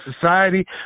society